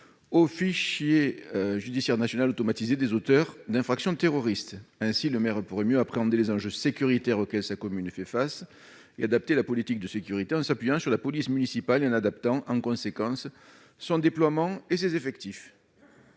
au fichier judiciaire national automatisé des auteurs d'infractions terroristes. Ainsi, le maire pourrait mieux appréhender les enjeux sécuritaires auxquels sa commune fait face et adapter la politique de sécurité en s'appuyant sur la police municipale et en ajustant en conséquence son déploiement et ses effectifs.